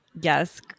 yes